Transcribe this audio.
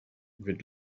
wird